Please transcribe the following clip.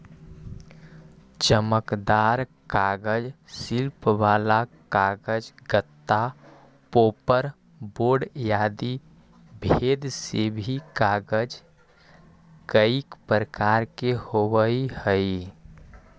चमकदार कागज, शिल्प वाला कागज, गत्ता, पोपर बोर्ड आदि भेद से भी कागज कईक प्रकार के होवऽ हई